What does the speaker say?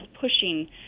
pushing